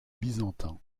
byzantins